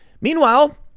Meanwhile